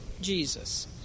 Jesus